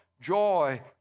joy